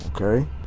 okay